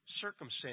circumstances